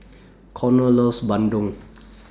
Conner loves Bandung